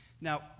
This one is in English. Now